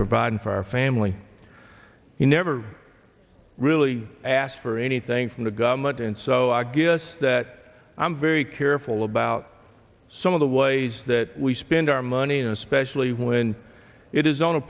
providing for our family he never really asked for anything from the government and so i guess that i'm very careful about some of the ways that we spend our money and especially when it is on a